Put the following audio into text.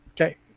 Okay